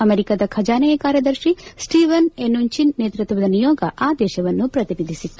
ಅಮೆರಿಕದ ಖಜಾನೆ ಕಾರ್ಯದರ್ಶಿ ಸ್ಲೀವನ್ ಮೆನುಚಿನ್ ನೇತೃತ್ವದ ನಿಯೋಗ ಆ ದೇಶವನ್ನು ಪ್ರತಿನಿಧಿಸಿತ್ತು